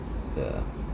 yeah